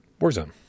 Warzone